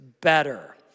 better